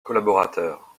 collaborateur